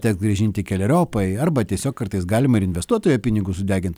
teks grąžinti keleriopai arba tiesiog kartais galima ir investuotojo pinigus sudegint